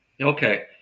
okay